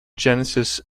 genesis